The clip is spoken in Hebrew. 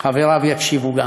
גם חבריו יקשיבו,